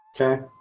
Okay